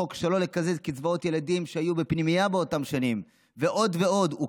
חוק שלא לקזז קצבאות ילדים שהיו בפנימייה באותן שנים ועוד ועוד.